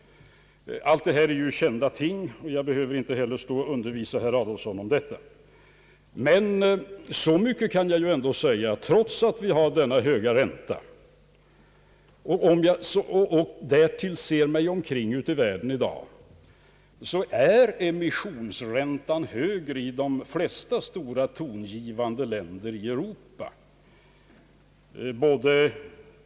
Allt detta är ju kända ting, som jag inte behöver undervisa herr Adolfsson om. Trots att vi har denna höga ränta, så är emissionsräntan i de flesta tongivande länder i Europa högre än här.